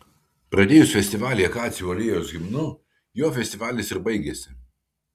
pradėjus festivalį akacijų alėjos himnu juo festivalis ir baigėsi